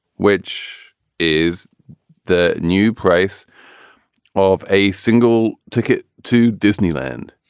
which is the new price of a single ticket to disneyland.